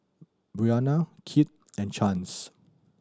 Brianna Kit and Chance